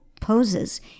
poses